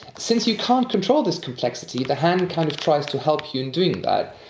since you can't control this complexity, the hand kind of tries to help you in doing that.